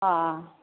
हँ